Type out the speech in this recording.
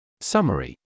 Summary